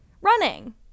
Running